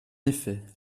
effet